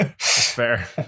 Fair